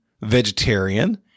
vegetarian